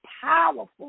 powerful